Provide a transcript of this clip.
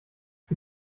für